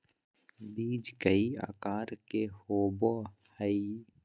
बीज कई आकार के होबो हइ